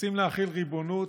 רוצים להחיל ריבונות,